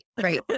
right